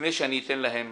לפני שאני אתן להם